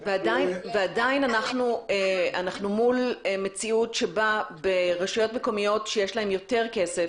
--- ועדיין אנחנו מול מציאות שבה ברשויות מקומיות שיש להן יותר כסף,